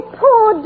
poor